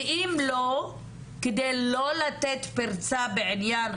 ואם לא, כדי לא לתת פרצה בעניין